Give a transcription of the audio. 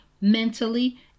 mentally